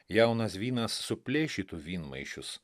jaunas vynas suplėšytų vynmaišius